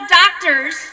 doctors